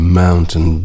mountain